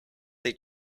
they